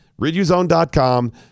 RidUZone.com